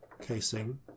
casing